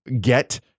get